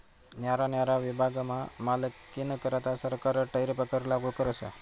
न्यारा न्यारा विभागमा मालनीकरता सरकार टैरीफ कर लागू करस